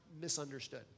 misunderstood